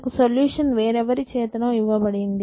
మనకు సొల్యూషన్ వేరెవరి చేతనో ఇవ్వబడి ఉంటుంది